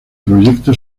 proyecto